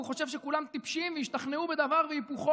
והוא חושב שכולם טיפשים וישתכנעו בדבר והיפוכו.